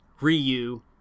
ryu